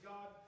God